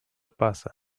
pasa